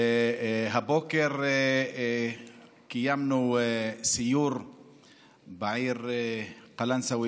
הבוקר קיימנו סיור בעיר קלנסווה